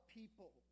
people